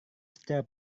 secara